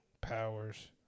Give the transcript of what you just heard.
powers